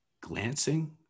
glancing